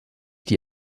die